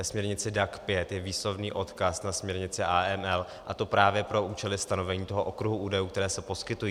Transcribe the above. Ve směrnici DAC 5 je výslovný odkaz na směrnici AML, a to právě pro účely stanovení toho okruhu údajů, které se poskytují.